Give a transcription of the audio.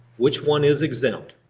which one is exempt?